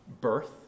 birth